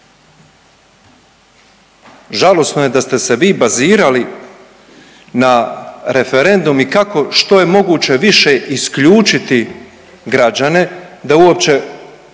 Žalosno je da ste se vi bazirali na referendum i kako što je moguće više isključiti građane da uopće